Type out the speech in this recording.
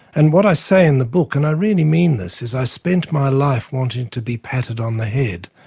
and what i say in the book, and i really mean this, is i spent my life wanting to be patted on the head,